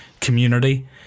community